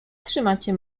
trzymacie